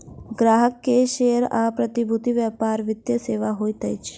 ग्राहक के शेयर आ प्रतिभूति व्यापार वित्तीय सेवा होइत अछि